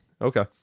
Okay